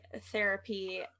therapy